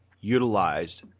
utilized